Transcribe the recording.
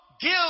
give